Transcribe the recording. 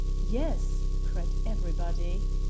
yes, cried everybody.